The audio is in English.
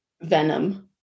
Venom